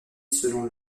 selon